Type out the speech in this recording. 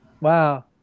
Wow